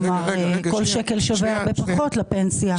כלומר, כל שקל שווה הרבה פחות לפנסיה.